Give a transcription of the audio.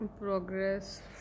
progress